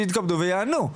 שיתכבדו ויענו.